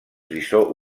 frisó